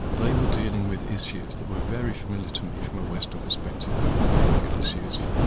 they were dealing with issues that were very familiar to me from a western perspective ethical issues,